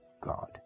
God